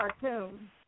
cartoon